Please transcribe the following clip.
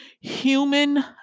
human